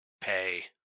pay